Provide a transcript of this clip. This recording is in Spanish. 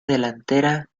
delantera